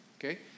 Okay